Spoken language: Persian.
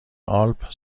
آلپ